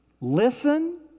Listen